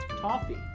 Toffee